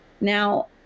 Now